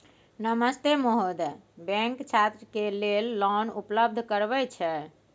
नमस्ते महोदय, बैंक छात्र के लेल लोन उपलब्ध करबे छै?